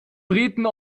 briten